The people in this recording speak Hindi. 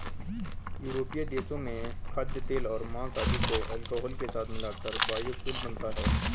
यूरोपीय देशों में खाद्यतेल और माँस आदि को अल्कोहल के साथ मिलाकर बायोफ्यूल बनता है